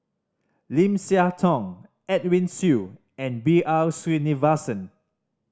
Lim Siah Tong Edwin Siew and B R Sreenivasan